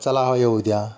चला हवा येऊ द्या